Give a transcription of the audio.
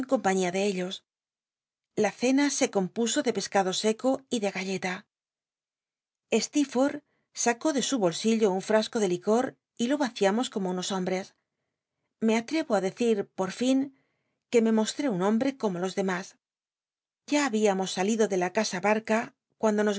compaiíia de ellos la cena se compuso de pescado seco y de galleta steerforlh sacó de su bolsillo un frasco de licor y lo mciamos como unos hombres me atte o á dcci por fin que me mostré un hombre como los dcmas ya habíamos salido de la casabarca cuando